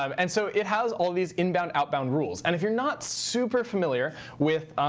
um and so it has all of these inbound outbound rules. and if you're not super familiar with